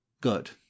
Good